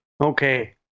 Okay